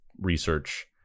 research